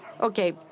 Okay